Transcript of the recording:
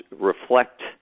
reflect